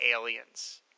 aliens